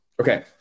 okay